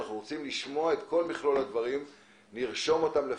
אנחנו רוצים לשמוע את כל מכלול הדברים ואנחנו נרשום אותם לפנינו.